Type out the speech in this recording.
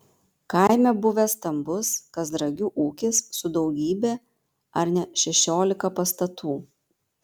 kaime buvęs stambus kazragių ūkis su daugybe ar ne šešiolika pastatų